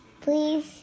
Please